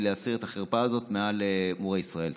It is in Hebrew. להסיר את החרפה הזאת מעל מורי ישראל.